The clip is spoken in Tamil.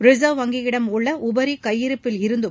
ரிசர்வ் வங்கியிடம் உள்ள உபரி கையிருப்பிலிருந்தும்